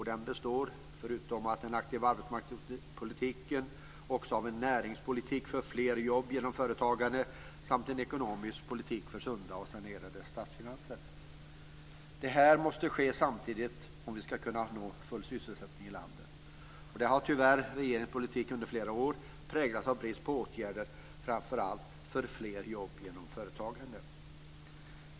De består, förutom av en aktiv arbetsmarknadspolitik, av en näringspolitik för fler jobb genom företagande samt en ekonomisk politik för sunda och sanerade statsfinanser. Det här måste ske samtidigt om vi ska kunna nå full sysselsättning i landet. Tyvärr har regeringens politik under flera år präglats av brist på åtgärder för framför allt fler jobb genom företagande.